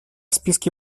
списке